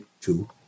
two